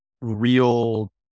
real